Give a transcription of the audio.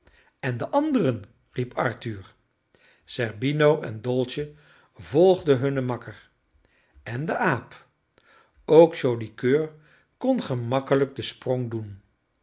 en de anderen riep arthur zerbino en dolce volgden hun makker en de aap ook joli coeur kon gemakkelijk den sprong doen